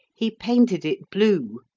he painted it blue,